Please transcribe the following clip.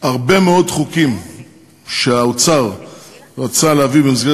הרבה מאוד חוקים שהאוצר רצה להביא במסגרת